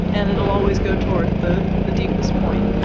and it'll always go toward the the deepest point.